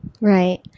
Right